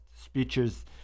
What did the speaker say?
speeches